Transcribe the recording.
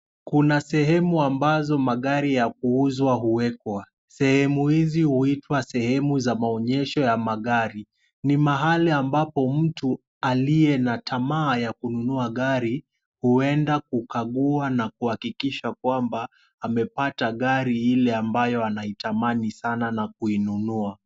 Kuna sehemu ambazo magari ya kuuzwa huwekwa. Sehemu hizi huitwa sehemu za maonyesho ya magari. Ni mahali ambapo mtu aliye na tamaa ya kununua gari huenda kukagua na kuhakikisha kwamba amepata gari lile ambalo anaitamani sana na kuinunua.